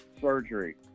surgery